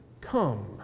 come